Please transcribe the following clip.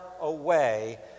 away